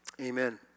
Amen